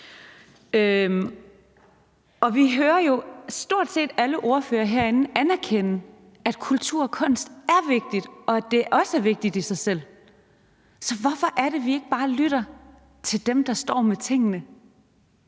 Vi hører jo stort set alle ordførere herinde anerkende, at kultur og kunst er vigtigt, og at det også er vigtigt i sig selv. Så hvorfor er det, at vi ikke bare lytter til dem, der står med tingene